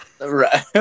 Right